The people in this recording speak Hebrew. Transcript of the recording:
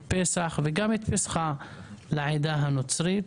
את פסח וגם את הפסחא לעדה הנוצרית,